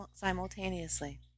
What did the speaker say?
simultaneously